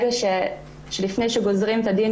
שברגע שלפני שגוזרים את הדין,